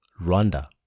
Rwanda